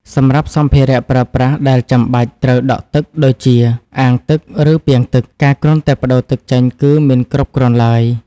សម្រាប់សម្ភារៈប្រើប្រាស់ដែលចាំបាច់ត្រូវដក់ទឹកដូចជា អាងទឹក ឬពាងទឹក ការគ្រាន់តែប្តូរទឹកចេញគឺមិនគ្រប់គ្រាន់ឡើយ។